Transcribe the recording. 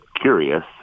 curious